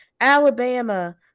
Alabama